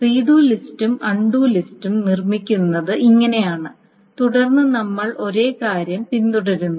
read ലിസ്റ്റും undo ലിസ്റ്റും നിർമ്മിക്കുന്നത് ഇങ്ങനെയാണ് തുടർന്ന് നമ്മൾ ഒരേ കാര്യം പിന്തുടരുന്നു